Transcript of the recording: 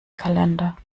kalender